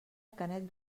canet